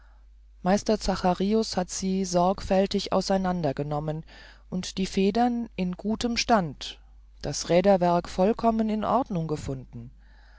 meister zacharius hat sie sorgfältig auseinander genommen und die federn in gutem stand das räderwerk vollkommen in ordnung gefunden